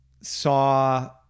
saw